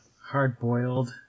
Hard-boiled